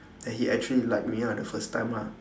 that he actually liked me ah the first time lah